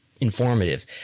Informative